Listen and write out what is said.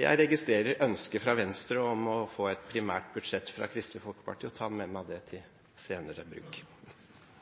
jeg registrerer ønsket fra Venstre om å få et primært budsjettforslag fra Kristelig Folkeparti og tar med meg det til senere bruk.